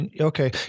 Okay